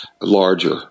larger